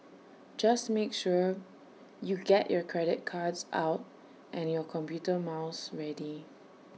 just make sure you get your credit cards out and your computer mouse ready